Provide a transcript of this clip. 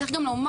צריך גם לומר,